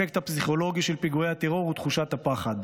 האפקט הפסיכולוגי של פיגועי הטרור ותחושת הפחד,